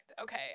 Okay